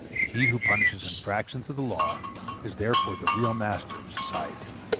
he who punishes infractions of the law is therefore the real master of society.